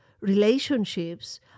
relationships